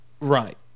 Right